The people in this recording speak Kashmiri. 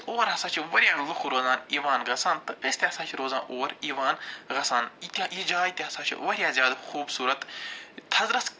تہٕ اور ہَسا چھِ وارِیاہ لُکھ روزان یِوان گَژھان تہٕ أسۍ تہِ ہَسا چھِ روزان اور یِوان گَژھان یہِ کیٛاہ یہِ جاے تہِ ہَسا چھِ وارِیاہ زیادٕ خوٗبصوٗرت تھَزرس